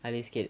I lagi sikit